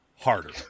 harder